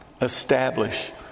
establish